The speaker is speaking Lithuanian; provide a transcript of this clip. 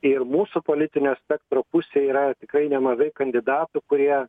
ir mūsų politinio spektro pusėj yra tikrai nemažai kandidatų kurie